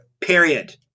period